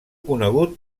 conegut